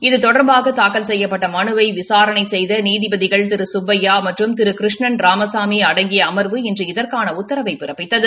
இது தொடர்பாக தாக்கல் செய்யப்பட்ட மனுவினை விசாரணை செய்த நீதிபதிகள் திரு சுப்பையா மற்றும் திரு கிருஷ்ணன் ராமசாமி அடங்கிய அமாவு இன்று இதற்கான உத்தரவை பிறப்பித்தது